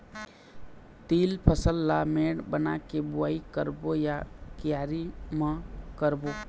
तील फसल ला मेड़ बना के बुआई करबो या क्यारी म करबो?